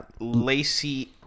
Lacey